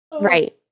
Right